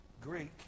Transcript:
greek